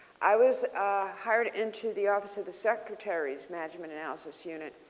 i was hired into the office of the secretary's management analysis unit.